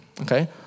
Okay